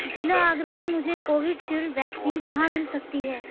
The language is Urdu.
ضلع آگرہ میں مجھے کووڈ شیلڈ ویکسین کہاں مل سکتی ہے